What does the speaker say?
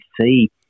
see